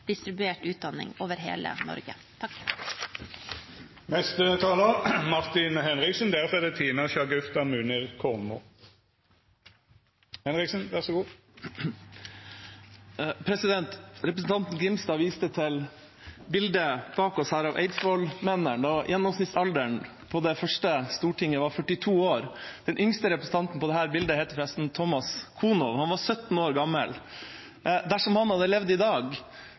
distribuert utdanning over hele Norge. Representanten Grimstad viste til bildet bak oss her av eidsvollsmennene. Gjennomsnittsalderen på det første stortinget var 42 år. Det yngste representanten på dette bildet het forresten Thomas Konow, og han var 17 år gammel. Dersom han hadde levd i dag